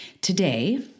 Today